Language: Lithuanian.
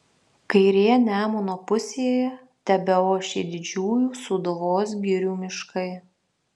kairėje nemuno pusėje tebeošė didžiųjų sūduvos girių miškai